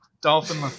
Dolphin